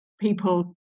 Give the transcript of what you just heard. people